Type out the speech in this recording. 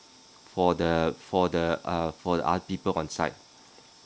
for the for the uh for the other people on site